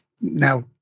now